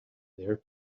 there